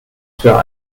für